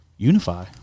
Unify